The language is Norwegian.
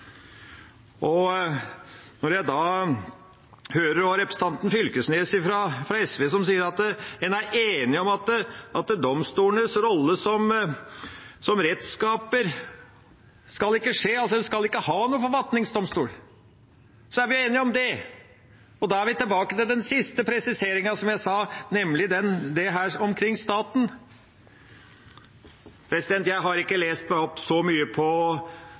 Jeg hører også representanten Knag Fylkesnes fra SV si at en er enige om at domstolene ikke skal ha en rolle som rettsskaper – altså en skal ikke ha noen forfatningsdomstol. Vi er enige om det. Da er vi tilbake til den siste presiseringen, nemlig dette omkring «staten». Jeg har ikke lest meg opp så mye på